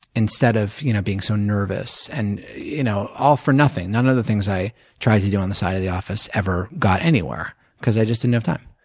instead of you know being so nervous and you know all for nothing. none of the things i tried to do on the side of the office ever got anywhere because i just didn't have time.